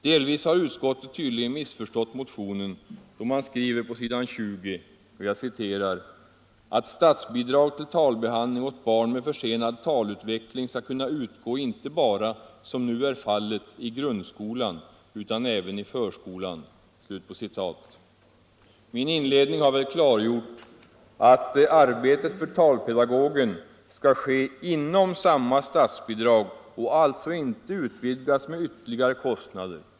Delvis har utskottet tydligen missförstått motionen då man på s. 20 skriver ”att statsbidrag till talbehandling åt barn med försenad talutveckling skall kunna utgå inte bara, som nu är fallet, i grundskolan utan även i förskolan”. Min inledning har väl klargjort att arbetet för talpedagogen skall ske inom samma statsbidrag och alltså inte utvidgas med ytterligare kostnader.